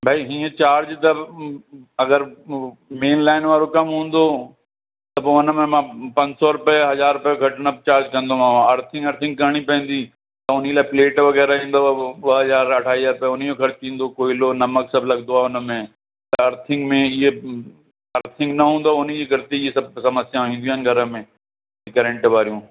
भई हीअं चार्ज त अगरि म मेन लाइन वारो कमु हूंदो त पोइ हुन में मां पंज सौ रुपए या हज़ार रुपए खां घट न चार्ज कंदोमांव अर्थिंग अर्थिंग करणु पवंदी त उनी लाइ प्लेट वग़ैरह ईंदव पोइ ॿ हज़ार अढाई हज़ार रुपया उन जो ख़र्च ईंदो कोयलो नमक सभु लॻंदो आहे हुन में त अर्थिंग में इहा अर्थिंग न हूंदव हुन जी ग़लती जी सभु समस्याऊं ईंदी आहिनि घर में करेंट वारियूं